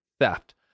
theft